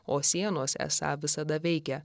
o sienos esą visada veikia